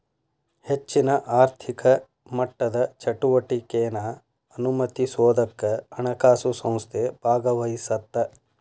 ಹೆಚ್ಚಿನ ಆರ್ಥಿಕ ಮಟ್ಟದ ಚಟುವಟಿಕೆನಾ ಅನುಮತಿಸೋದಕ್ಕ ಹಣಕಾಸು ಸಂಸ್ಥೆ ಭಾಗವಹಿಸತ್ತ